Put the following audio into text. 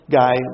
guy